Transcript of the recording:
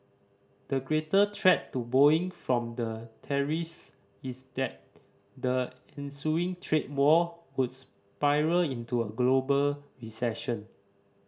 the greater threat to Boeing from the tariffs is that the ensuing trade war would spiral into a global recession